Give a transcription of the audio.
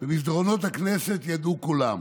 במסדרונות הכנסת ידעו כולם